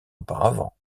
auparavant